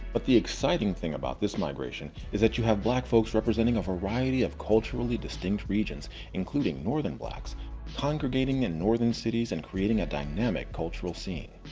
but the exciting thing about this migration is that you have black folks representing a variety of culturally distinct regions including northern blacks congregating in northern cities and creating a dynamic cultural scene.